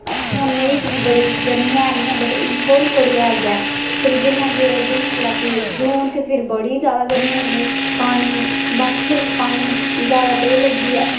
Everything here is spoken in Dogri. हून में मेई च बी बडी गर्मी ऐ नी ऐ बट थोह्डी़ थोह्डी़ ऐ गै फिर जियां के अस जून च बडी ज्यादा गर्मी होई जंदी पानी बस सिर्फ पानी ज्यादा त्रेह् लगदी ऐ